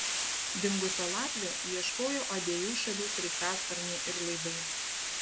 dingusio latvio ieškojo abiejų šalių sraigtasparniai ir laivai